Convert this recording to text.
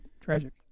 tragic